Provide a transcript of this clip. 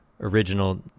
original